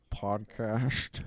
podcast